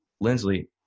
Lindsley